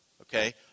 okay